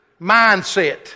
mindset